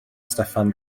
steffan